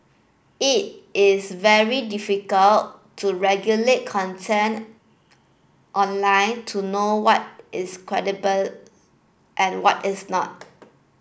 it is very difficult to regulate content online to know what is credible and what is not